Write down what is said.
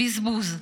בזבוז.